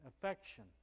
affection